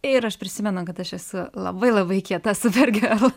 ir aš prisimenu kad aš esu labai labai kieta super gėrl